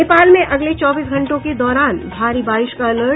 नेपाल में अगले चौबीस घंटों के दौरान भारी बारिश का अलर्ट